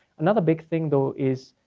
another big thing though is